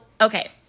Okay